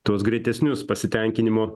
tuos greitesnius pasitenkinimo